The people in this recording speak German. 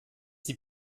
die